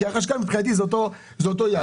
כי החשכ"ל מבחינתי זה אותו יד,